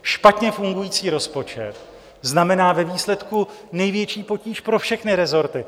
Špatně fungující rozpočet znamená ve výsledku největší potíž pro všechny resorty.